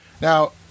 Now